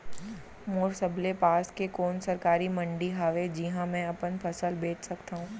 मोर सबले पास के कोन सरकारी मंडी हावे जिहां मैं अपन फसल बेच सकथव?